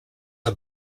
are